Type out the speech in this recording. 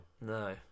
no